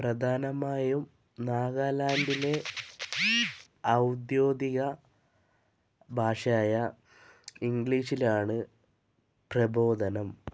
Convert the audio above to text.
പ്രധാനമായും നാഗാലാൻഡിലെ ഔദ്യോഗിക ഭാഷയായ ഇംഗ്ലീഷിലാണ് പ്രബോധനം